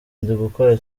ndigukora